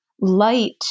light